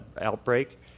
outbreak